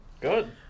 Good